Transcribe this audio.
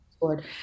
board